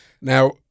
Now